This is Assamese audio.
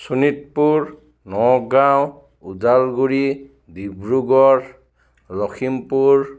শোণিতপুৰ নগাওঁ ওদালগুৰি ডিব্ৰুগড় লখিমপুৰ